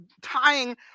tying